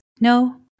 no